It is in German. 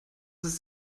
ist